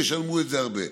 וישלמו את זה הרבה.